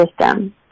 system